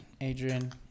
Adrian